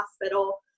hospital